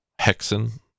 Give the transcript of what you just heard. Hexen